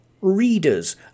readers